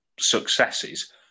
successes